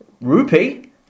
rupee